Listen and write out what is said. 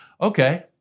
Okay